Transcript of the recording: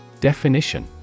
Definition